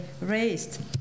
raised